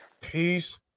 Peace